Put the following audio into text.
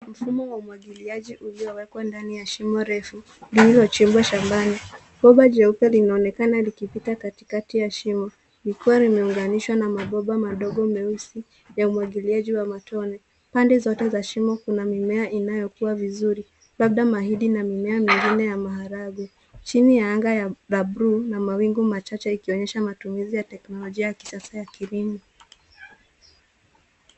mfumo wa umwagiliaji uliowekwa ndani ya shimo refu lililochimbwa shambani. Bomba jeupe linaonekana likipita katikati ya shimo, likiwa limeunganishwa na mabomba madogo jeusi ya umwagiliaji wa matone. Pande zote za shimo kuna mimea inayokua vizuri. labda mahindi na mimea mingine ya maharagwe. Chini ya anga ya bluu na mawingu machache ikionyesha matumizi ya teknolojia ya kisasa ya kilimo.